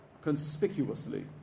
conspicuously